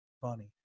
funny